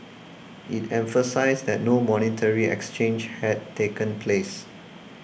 it emphasised that no monetary exchange had taken place